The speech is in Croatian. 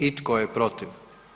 I tko je protiv?